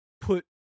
put